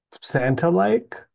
Santa-like